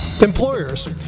Employers